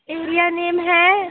area name है